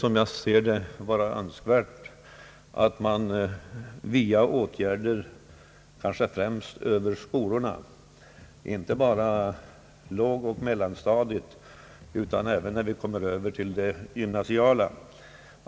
Som jag ser det, är det önskvärt att åtgärder vidtas via skolorna, inte bara i lågoch mellanstadiet utan även i gymnasiet.